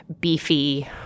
beefy